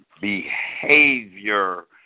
behavior